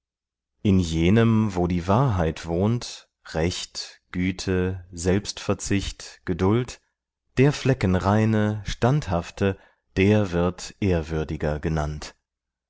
in jenem wo die wahrheit wohnt recht güte selbstverzicht geduld der fleckenreine standhafte der wird ehrwürdiger genannt